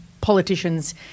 politicians